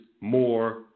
more